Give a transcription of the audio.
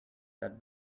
that